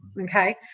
okay